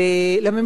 לממשלה,